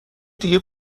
دیگه